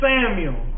Samuel